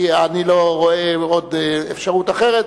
כי אני לא רואה עוד אפשרות אחרת.